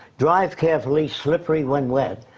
drive carefully, slippery when wet.